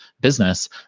business